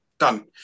Done